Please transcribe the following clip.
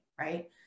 right